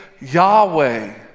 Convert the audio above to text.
Yahweh